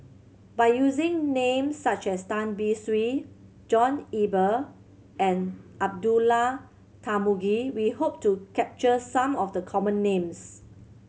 by using names such as Tan Beng Swee John Eber and Abdullah Tarmugi we hope to capture some of the common names